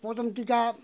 প্রথম টিকা